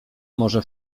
może